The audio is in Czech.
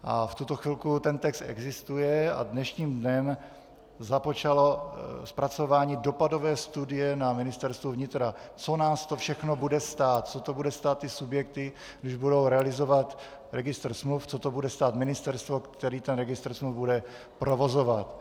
V tuto chvilku ten text existuje a dnešním dnem započalo zpracování dopadové studie na Ministerstvu vnitra, co nás to všechno bude stát, co to bude stát ty subjekty, když budou realizovat registr smluv, co to bude stát ministerstvo, které registr smluv bude provozovat.